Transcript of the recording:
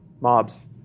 mobs